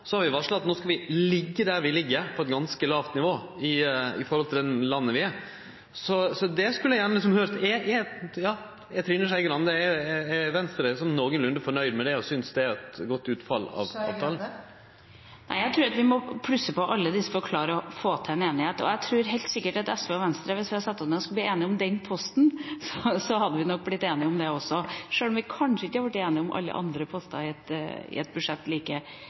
Så har vi varsla at no skal vi liggje der vi ligg, på eit ganske lågt nivå, med tanke på det landet vi er. Eg skulle gjerne høyrt om Trine Skei Grande og Venstre er nokolunde fornøgde med det og synest det er eit godt utfall. Nei, jeg tror at vi må plusse på alt dette for å klare å få til en enighet, og jeg tror helt sikkert at hvis vi i SV og Venstre hadde satt oss ned for å skulle bli enige om den posten, hadde vi nok blitt enige om det også, sjøl om vi kanskje ikke hadde blitt enige om alle andre poster i et budsjett like